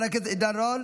חבר הכנסת עידן רול,